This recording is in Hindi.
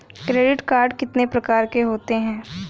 क्रेडिट कार्ड कितने प्रकार के होते हैं?